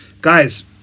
guys